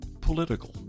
political